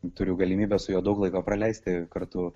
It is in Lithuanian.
turiu galimybę su juo daug laiko praleisti kartu